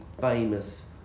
famous